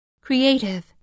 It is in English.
Creative